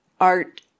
art